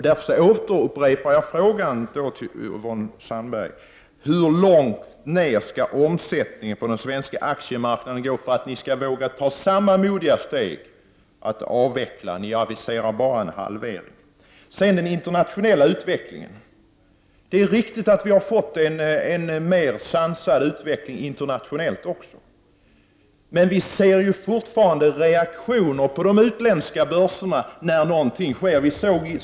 Därför upprepar jag min fråga till Yvonne Sandberg-Fries: Hur djupt skall omsättningen på den svenska aktiemarknaden sjunka för att ni skall våga ta samma modiga steg och avveckla omsättningsskatten på aktier? Ni aviserar ju bara en halvering. Det är riktigt att vi har fått en mer sansad internationell utveckling. Men vi ser fortfarande reaktioner på de utländska börserna när någonting sker.